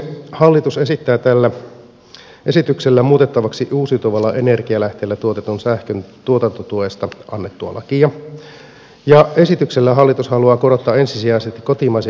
hallitus esittää tällä esityksellä muutettavaksi uusiutuvilla energialähteillä tuotetun sähkön tuotantotuesta annettua lakia ja esityksellä hallitus haluaa korottaa ensisijaisesti kotimaisen energialähteen turpeen verotusta